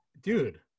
dude